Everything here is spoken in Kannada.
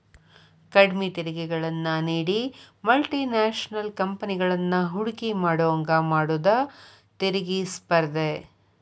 ಕಡ್ಮಿ ತೆರಿಗೆಗಳನ್ನ ನೇಡಿ ಮಲ್ಟಿ ನ್ಯಾಷನಲ್ ಕಂಪೆನಿಗಳನ್ನ ಹೂಡಕಿ ಮಾಡೋಂಗ ಮಾಡುದ ತೆರಿಗಿ ಸ್ಪರ್ಧೆ